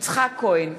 יצחק כהן,